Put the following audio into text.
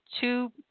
two